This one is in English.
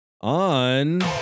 On